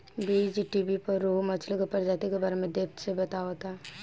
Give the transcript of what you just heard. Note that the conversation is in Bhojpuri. बीज़टीवी पर रोहु मछली के प्रजाति के बारे में डेप्थ से बतावता